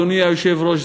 אדוני היושב-ראש,